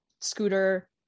Scooter